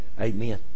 Amen